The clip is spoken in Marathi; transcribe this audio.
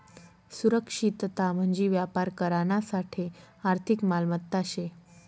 सुरक्षितता म्हंजी व्यापार करानासाठे आर्थिक मालमत्ता शे